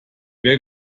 wer